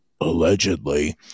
allegedly